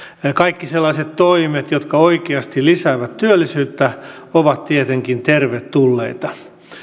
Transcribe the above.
kaikki sellaiset toimet jotka oikeasti lisäävät työllisyyttä ovat tietenkin tervetulleita kuitenkin